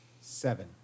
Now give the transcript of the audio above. Seven